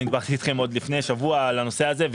אני דיברתי איתכם עוד לפני שבוע על הנושא הזה.